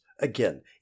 again